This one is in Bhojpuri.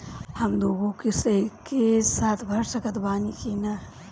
हम दु गो किश्त एके साथ भर सकत बानी की ना?